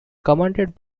commanded